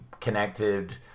connected